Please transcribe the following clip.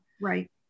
Right